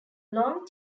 long